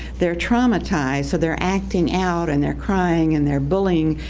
they're traumatized, so they're acting out, and they're crying, and they're bullying,